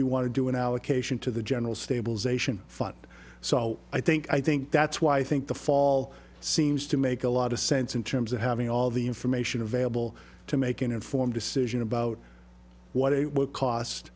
you want to do an allocation to the general stabilization fund so i think i think that's why i think the fall seems to make a lot of sense in terms of having all the information available to make an informed decision about what it will cost